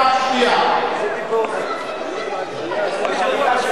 (חברת הכנסת חנין זועבי יוצאת מאולם המליאה.) חבר הכנסת